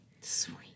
Sweet